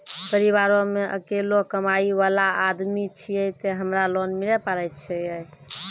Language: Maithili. परिवारों मे अकेलो कमाई वाला आदमी छियै ते हमरा लोन मिले पारे छियै?